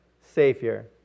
Savior